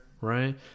Right